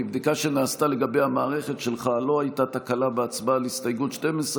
מבדיקה שנעשתה לגבי המערכת שלך לא הייתה תקלה על הסתייגות 12,